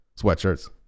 sweatshirts